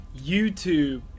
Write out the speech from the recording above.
YouTube